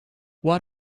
what